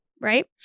right